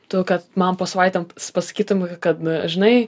tu kad man po savaitėm pasakytum kad žinai